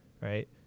right